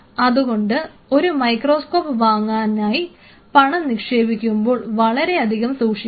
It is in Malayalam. അതുകൊണ്ട് ഒരു മൈക്രോസ്കോപ്പ് വാങ്ങാനായി പണം നിക്ഷേപിക്കുമ്പോൾ വളരെയധികം സൂക്ഷിക്കണം